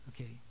okay